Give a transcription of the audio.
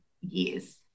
years